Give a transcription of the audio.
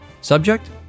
Subject